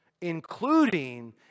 including